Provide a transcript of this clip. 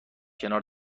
کنار